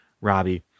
Robbie